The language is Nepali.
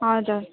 हजुर